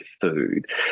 food